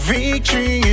Victory